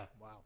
Wow